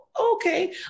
Okay